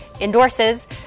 endorses